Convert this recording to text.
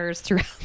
throughout